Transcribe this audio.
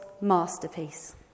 masterpiece